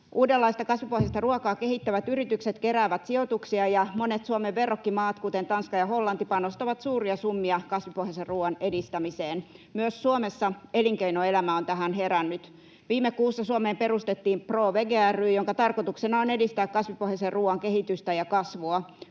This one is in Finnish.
Uudenlaista kasvipohjaista ruokaa kehittävät yritykset keräävät sijoituksia, ja monet Suomen verrokkimaat, kuten Tanska ja Hollanti, panostavat suuria summia kasvipohjaisen ruuan edistämiseen. Myös Suomessa elinkeinoelämä on tähän herännyt. Viime kuussa Suomeen perustettiin Pro Vege ry, jonka tarkoituksena on edistää kasvipohjaisen ruuan kehitystä ja kasvua.